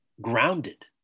grounded